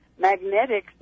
magnetics